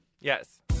Yes